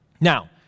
Now